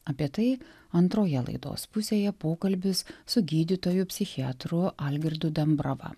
apie tai antroje laidos pusėje pokalbis su gydytoju psichiatru algirdu dambrava